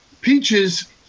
peaches